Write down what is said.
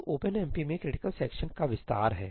तो OpenMP में critical section का विस्तार है